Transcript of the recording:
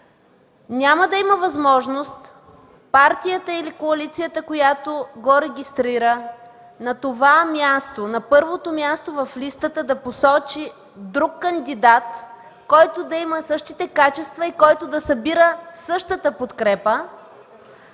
няма да има възможност партията или коалицията, която го регистрира, на това място – на първото място в листата, да посочи друг кандидат, който да има същите качества и да събира същата подкрепа,